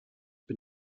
bin